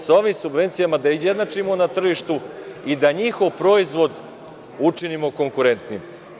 Sa ovim subvencijama da izjednačimo na tržištu i da njihov proizvod učinimo konkurentnim.